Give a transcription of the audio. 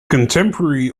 contemporary